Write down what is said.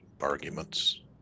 arguments